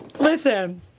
Listen